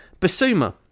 Basuma